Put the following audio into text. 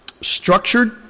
structured